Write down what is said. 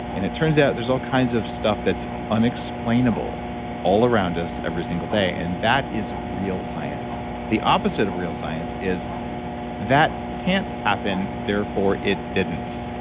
and it turns out, there's all kinds of stuff that's unexplainable all around us every single day, and that is real science the opposite of real science is that can't happen, therefore it didn't,